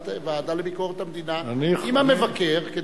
בוועדה לביקורת המדינה, עם המבקר?